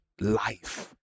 life